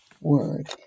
word